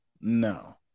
no